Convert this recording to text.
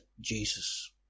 Jesus